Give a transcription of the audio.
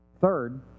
Third